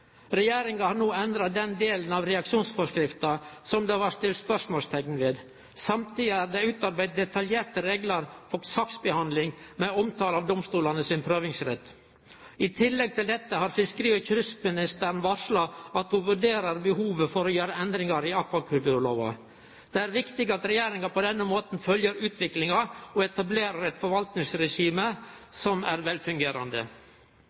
Regjeringa har no endra den delen av reaksjonsforskrifta som det var sett spørsmålsteikn ved. Samtidig er det utarbeidd detaljerte reglar for saksbehandling med omtale av domstolane sin prøvingsrett. I tillegg til dette har fiskeri- og kystministeren varsla at ho vurderer behovet for å gjere endringar i akvakulturlova. Det er viktig at regjeringa på denne måten følgjer utviklinga og etablerer eit forvaltningsregime som er velfungerande.